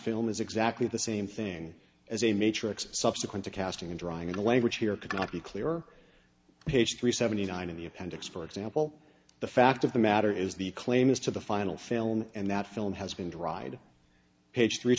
film is exactly the same thing as a matrix subsequent to casting and drawing in the language here could not be clearer page three seventy nine in the appendix for example the fact of the matter is the claim is to the final film and that film has been dried page three